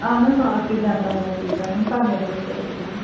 اَہن حظ آ أسۍ چھِ جَنتا بیکری پٮ۪ٹھ فرمٲے تَو کیٛاہ اوس حُکُم